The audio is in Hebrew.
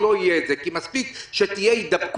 פה לא יהיה את זה כי מספיק שתהיה הידבקות